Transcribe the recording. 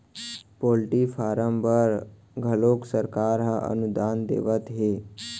poultry farm बर घलोक सरकार ह अनुदान देवत हे